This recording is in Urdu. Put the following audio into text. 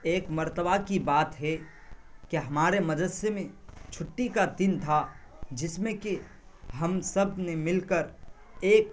ایک مرتبہ کی بات ہے کہ ہمارے مدرسے میں چھٹی کا دن تھا جس میں کہ ہم سب نے مل کر ایک